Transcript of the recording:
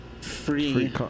free